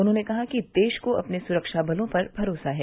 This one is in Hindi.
उन्होंने कहा कि देश को अपने सुरक्षाबलों पर भरोसा है